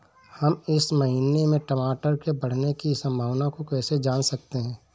हम इस महीने में टमाटर के बढ़ने की संभावना को कैसे जान सकते हैं?